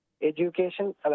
Education